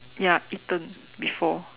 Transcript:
ya eaten before